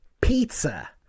pizza